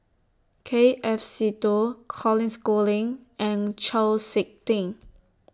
K F Seetoh Colin Schooling and Chau Sik Ting